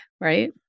Right